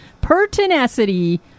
Pertinacity